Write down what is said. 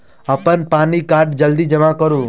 अप्पन पानि कार्ड जल्दी जमा करू?